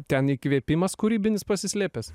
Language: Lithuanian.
ten įkvėpimas kūrybinis pasislėpęs